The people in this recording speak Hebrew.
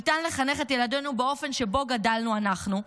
ניתן לחנך את ילדינו באופן שבו גדלנו אנחנו,